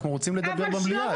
אנחנו רוצים לדבר במליאה.